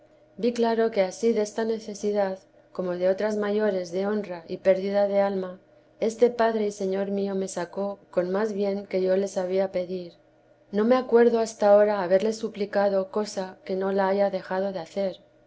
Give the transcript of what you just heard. vi claro que ansí desta necesidad como de otras mayores de honra y pérdida de alma este padre y señor mío me sacó con más bien que yo le sabía pedir no me acuerdo hasta ahora haberle suplicado cosa que la haya dejado de hacer